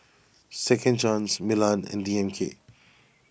Second Chance Milan and D M K